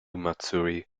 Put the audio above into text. matsuri